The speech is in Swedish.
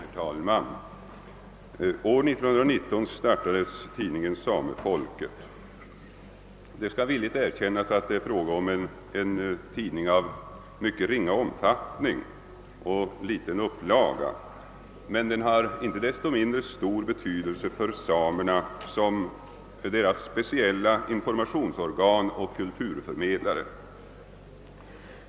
Herr talman! År 1919 startades tidningen Samefolket. Det skall villigt erkännas att det är fråga om en tidning av mycket ringa omfattning och med liten upplaga, men den har inte desto mindre stor betydelse för samerna som deras speciella informationsorgan och kulturförmedlare.